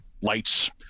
lights